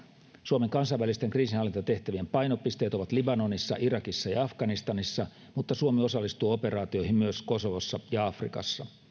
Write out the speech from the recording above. suomen kansainvälisten kriisinhallintatehtävien painopisteet ovat libanonissa irakissa ja afganistanissa mutta suomi osallistuu operaatioihin myös kosovossa ja afrikassa